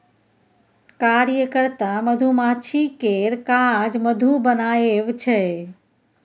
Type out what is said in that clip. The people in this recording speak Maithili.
कार्यकर्ता मधुमाछी केर काज मधु बनाएब छै